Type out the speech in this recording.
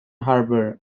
harbor